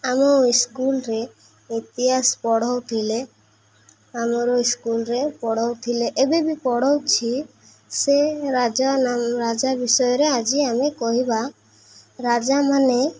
ଆମ ସ୍କୁଲରେ ଇତିହାସ ପଢ଼ାଉଥିଲେ ଆମର ସ୍କୁଲରେ ପଢ଼ାଉଥିଲେ ଏବେ ବି ପଢ଼ାଉଛି ସେ ରାଜା ବିଷୟରେ ଆଜି ଆମେ କହିବା ରାଜାମାନେ